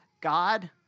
God